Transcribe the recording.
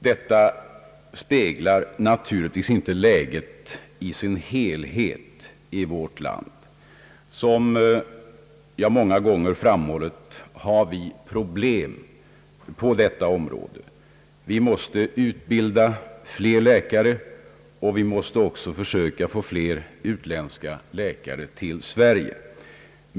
Det speglar naturligtvis inte läget i dess helhet i vårt land. Som jag många gånger framhållit har vi problem på detta område, Vi måste utbilda fler läkare, och vi måste också försöka få fler utländska läkare till Sverige.